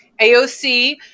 AOC